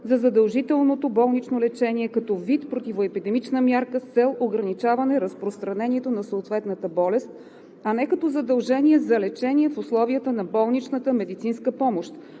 за задължително болнично лечение като вид противоепидемична мярка с цел ограничаване разпространението на съответната болест, а не като задължение за лечение в условията на болничната медицинска помощ,